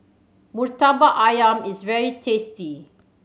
Murtabak Ayam is very tasty